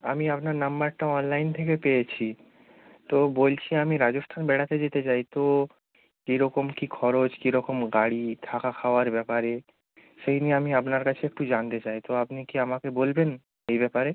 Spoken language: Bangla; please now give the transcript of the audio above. আমি আপনার নাম্বারটা অনলাইন থেকে পেয়েছি তো বলছি আমি রাজস্থান বেড়াতে যেতে চাই তো কীরকম কী খরচ কীরকম গাড়ি থাকা খাওয়ার ব্যাপারে সেই নিয়ে আমি আপনার কাছে একটু জানতে চাই তো আপনি কি আমাকে বলবেন এই ব্যাপারে